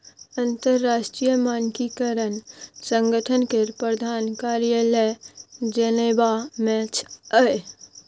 अंतरराष्ट्रीय मानकीकरण संगठन केर प्रधान कार्यालय जेनेवा मे छै